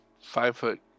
five-foot